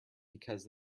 because